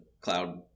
cloud